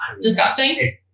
disgusting